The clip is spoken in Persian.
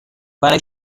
برای